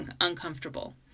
uncomfortable